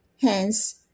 Hence